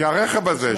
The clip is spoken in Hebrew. כי הרכב הזה,